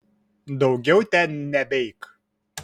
daugiau ten nebeik